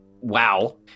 wow